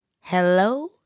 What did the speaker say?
hello